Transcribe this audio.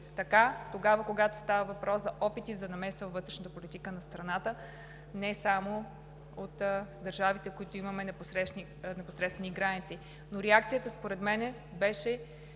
така тогава, когато става въпрос за опити за намеса във вътрешната политика на страната, не само от държавите, с които имаме непосредствени граници. Реакцията според мен беше,